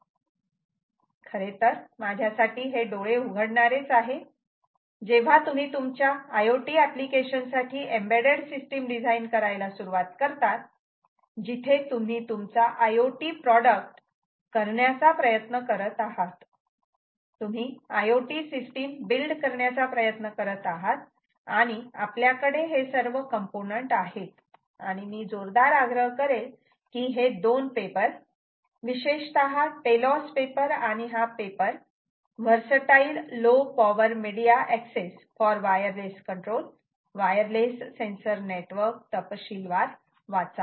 खरे तर माझ्यासाठी हे डोळे उघडणारे आहे जेव्हा तुम्ही तुमच्या IoT एप्लीकेशन साठी एम्बेड्डेड सिस्टीम डिझाईन करायला सुरुवात करतात जिथे तुम्ही तुमचा IoT प्रॉडक्ट करण्याचा प्रयत्न करत आहात तुम्ही IoT सिस्टीम बिल्ड करण्याचा प्रयत्न करत आहात आणि आपल्याकडे हे सर्व कॉम्पोनन्ट आहेत आणि मी जोरदार आग्रह करेल की हे 2 पेपर विशेषतः टेलोस पेपर आणि हा paper versatile low power media access for wireless control wireless sensor network तपशीलवार वाचा